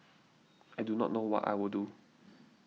I do not know what I will do